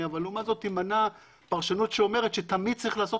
זה שונה לחלוטין כי אז זה לא חברה בשליטת הרשות